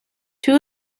two